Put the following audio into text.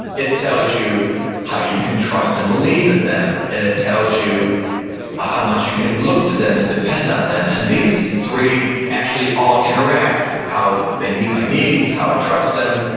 it tells you how you can trust and believe in them and it tells you ah how much you can look to them and depend on them. and these three actually all interact. how they meet my needs, how i trust them,